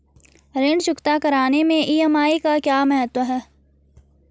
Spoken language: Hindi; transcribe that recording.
ऋण चुकता करने मैं ई.एम.आई का क्या महत्व है?